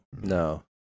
No